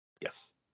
yes